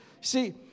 See